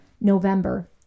November